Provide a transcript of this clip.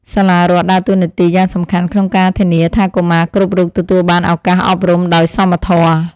សាលារដ្ឋដើរតួនាទីយ៉ាងសំខាន់ក្នុងការធានាថាកុមារគ្រប់រូបទទួលបានឱកាសអប់រំដោយសមធម៌។